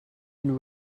been